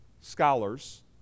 scholars